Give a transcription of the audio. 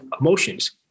emotions